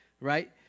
right